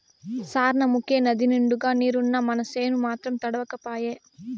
సార్నముకే నదినిండుగా నీరున్నా మనసేను మాత్రం తడవక పాయే